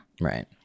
right